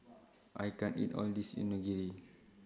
I can't eat All of This Onigiri